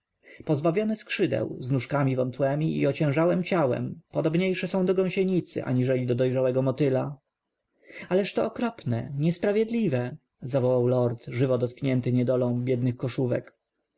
pozbawione skrzydeł z nóżkami wątłemi i ociężałem ciałem podobniejsze są do gąsienicy aniżeli do dojrzałego motyla ależ to okropne niesprawiedliwe zawołał lord żywo dotkiętydotknięty niedolą biednych koszówek